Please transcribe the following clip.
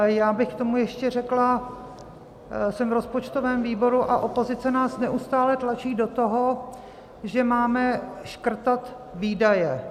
Já bych k tomu ještě řekla: jsem v rozpočtovém výboru a opozice nás neustále tlačí do toho, že máme škrtat výdaje.